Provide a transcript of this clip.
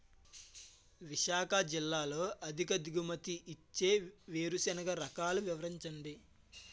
విశాఖ జిల్లాలో అధిక దిగుమతి ఇచ్చే వేరుసెనగ రకాలు వివరించండి?